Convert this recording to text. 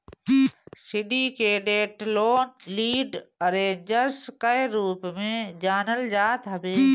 syndicated loan lead arrangers कअ रूप में जानल जात हवे